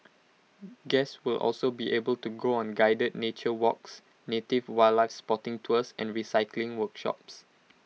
guests will also be able to go on guided nature walks native wildlife spotting tours and recycling workshops